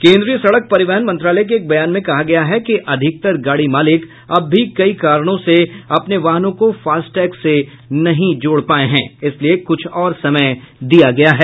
केन्द्रीय सड़क परिवहन मंत्रालय के एक बयान में कहा गया है कि अधिकतर गाड़ी मालिक अब भी कई कारणों से अपने वाहनों को फास्ट टैग से नहीं जोड़ पाये हैं इसलिए कुछ और समय दिया गया है